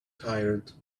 tired